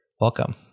Welcome